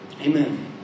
amen